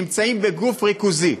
נמצאים בגוף ריכוזי.